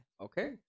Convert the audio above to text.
Okay